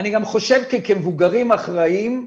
אני גם חושב שכמבוגרים אחראים,